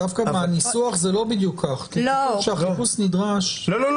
מהניסוח זה לא בדיוק כך כי כתוב שהחיפוש נדרש --- לא,